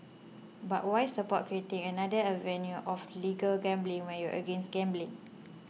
but why support creating another avenue of legal gambling when you're against gambling